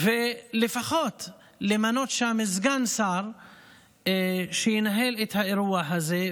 ולפחות למנות שם סגן שר שינהל את האירוע הזה.